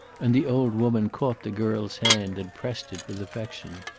and the old woman caught the girl's hand and pressed it with affection.